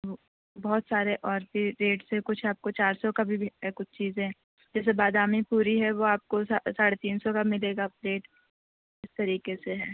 بہت سارے اور بھی ریٹس ہیں کچھ آپ کو چار سو کا بھی کچھ چیزیں جیسے بادامی پوری ہے وہ آپ کو سا ساڑھے تین سو کا ملے گا پلیٹ اس طریقہ سے ہے